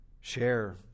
share